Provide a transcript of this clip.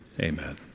Amen